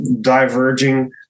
diverging